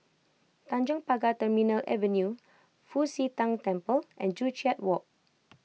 Tanjong Pagar Terminal Avenue Fu Xi Tang Temple and Joo Chiat Walk